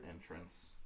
entrance